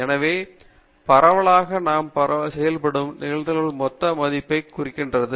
எனவே பரவலான பரவல் செயல்பாடு நிகழ்தகவுகளின் மொத்த மதிப்பைக் குறிக்கிறது